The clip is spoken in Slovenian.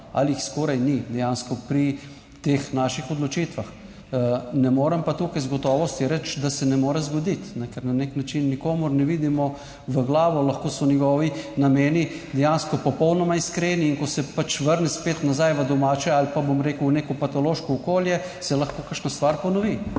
ali jih skoraj ni dejansko pri teh naših odločitvah. Ne morem pa tukaj z gotovostjo reči, da se ne more zgoditi, ker na nek način nikomur ne vidimo v glavo. Lahko so njegovi nameni dejansko popolnoma iskreni, in ko se pač vrne spet nazaj v domače, ali pa bom rekel, v neko patološko okolje. Se lahko kakšna stvar ponovi,